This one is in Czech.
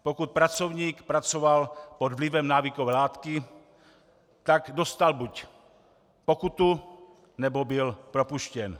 Pokud pracovník pracoval pod vlivem návykové látky, dostal buď pokutu, nebo byl propuštěn.